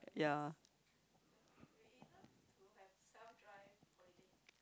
ya